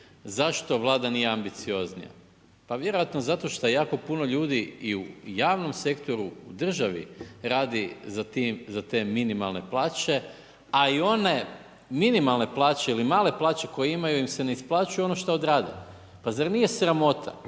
zašto Vlada nije ambicioznija? Pa vjerojatno zato što jako puno ljudi i u javnom sektoru, u državi radi za te minimalne plaće, a i one minimalne plaće ili male plaće koje imaju im se ne isplaćuju ono što odrade. Pa zar nije sramota